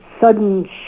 sudden